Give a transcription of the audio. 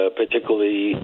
particularly